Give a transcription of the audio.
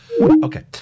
Okay